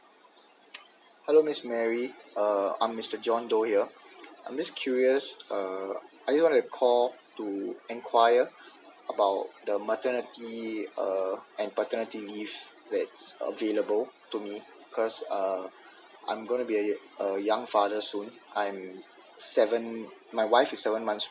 hello miss mary uh I'm mister john doe here I'm just curious uh are you gonna call to inquire about the maternity uh and paternity leave that's available to me because uh I'm gonna be a a young father soon I'm seven my wife is seven months